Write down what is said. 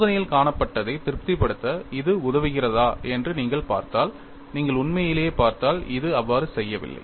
சோதனையில் காணப்பட்டதை திருப்திப்படுத்த இது உதவியிருக்கிறதா என்று நீங்கள் பார்த்தால் நீங்கள் உண்மையிலேயே பார்த்தால் அது அவ்வாறு செய்யவில்லை